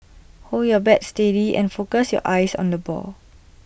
hold your bat steady and focus your eyes on the ball